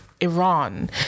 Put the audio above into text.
Iran